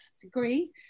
degree